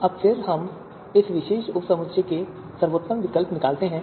अब फिर से हम इस विशेष उपसमुच्चय से सर्वोत्तम विकल्प निकालते हैं